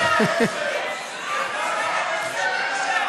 קרסה המערכת מרוב בושה.